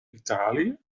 italië